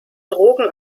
drogen